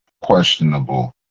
questionable